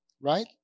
Right